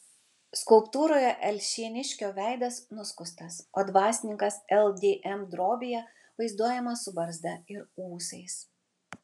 skulptūroje alšėniškio veidas nuskustas o dvasininkas ldm drobėje vaizduojamas su barzda ir ūsais